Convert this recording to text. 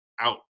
out